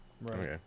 Right